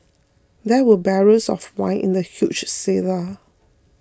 there were barrels of wine in the huge cellar